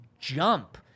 jump